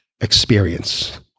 experience